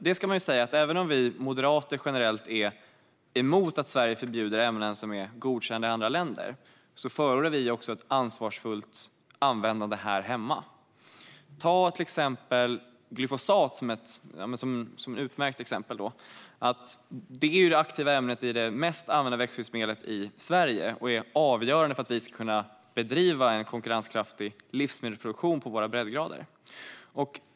Det ska sägas att även om vi moderater generellt är emot att Sverige förbjuder ämnen som är godkända i andra länder förordar vi ju ett ansvarsfullt användande här hemma. Glyfosat är ett utmärkt exempel. Det är det aktiva ämnet i det mest använda växtskyddsmedlet i Sverige och avgörande för att vi ska kunna bedriva en konkurrenskraftig livsmedelsproduktion på våra breddgrader.